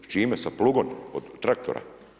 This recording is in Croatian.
S čime, sa plugom od traktora?